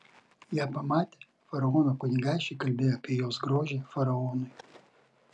ją pamatę faraono kunigaikščiai kalbėjo apie jos grožį faraonui